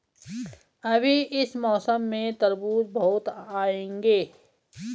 अभी इस मौसम में तरबूज बहुत आएंगे